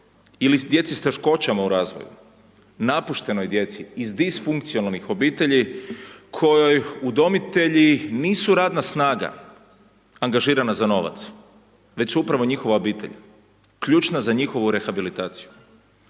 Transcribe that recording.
ili djeci s teškoćama u razvoju, napuštenoj djeci, iz disfunkcionalnih obitelji kojoj udomitelji nisu radna snaga angažirana za novac već su upravo njihova obitelj, ključna za njihovu rehabilitaciju.